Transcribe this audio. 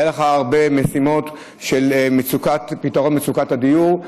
היו לך הרבה משימות בפתרון מצוקת הדיור.